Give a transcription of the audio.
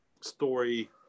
story